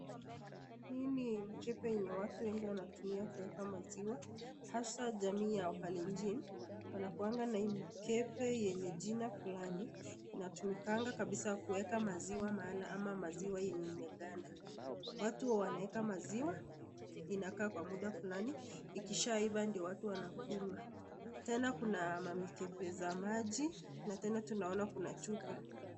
Hii ni mkebe yenye watu wengi wanatumia kueka maziwa hasa jamii ya wakalenjin wanakuanga na hii mkebe yenye jina fulani. Inatumikanga kabisa kuweka maziwa mala ama maziwa yenye imeganda. Watu huwa wanaeka maziwa inakaa kwa muda fulani, ikisha iva ndio watu wanakunywa. Tena kuna mamikebe za maji na tena tunaona kuna chupa.